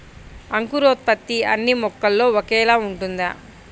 అంకురోత్పత్తి అన్నీ మొక్కల్లో ఒకేలా ఉంటుందా?